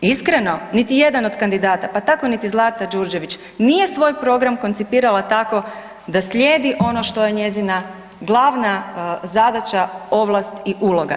Iskreno, niti jedan od kandidata pa tako niti Zlata Đurđević nije svoj program koncipirala tako da slijedi ono što je njezina glavna zadaća ovlast i uloga.